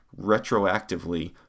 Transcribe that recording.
retroactively